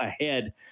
ahead